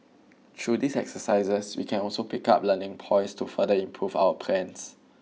through these exercises we can also pick up learning points to further improve our plans